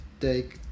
Take